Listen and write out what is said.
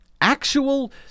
actual